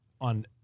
on